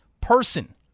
person